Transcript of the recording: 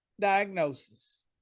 diagnosis